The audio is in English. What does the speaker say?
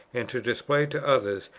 and to display to others,